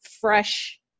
fresh